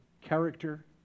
character